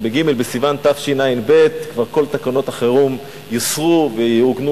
ובג' בסיוון תשע"ב כבר כל תקנות החירום יוסרו ויעוגנו